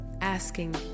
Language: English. asking